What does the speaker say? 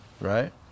right